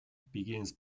begins